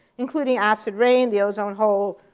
including acid rain, the ozone hole,